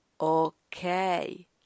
okay